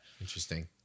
Interesting